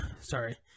Sorry